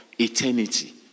eternity